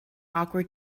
awkward